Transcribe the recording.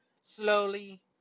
slowly